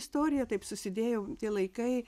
istorija taip susidėjau tie laikai